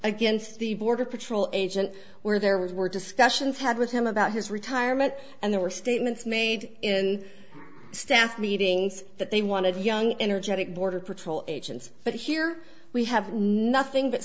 against the border patrol agent where there were discussions had with him about his retirement and there were statements made in staff meetings that they wanted young energetic border patrol agents but here we have nothing but